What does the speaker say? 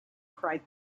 cried